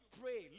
pray